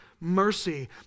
mercy